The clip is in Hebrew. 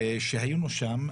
כשהיינו שם,